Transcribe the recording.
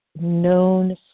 known